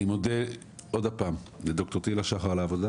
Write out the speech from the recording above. אני שוב מודה לד"ר תהילה שחר על העבודה